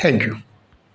thank you